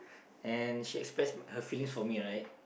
and she express a her feelings for me right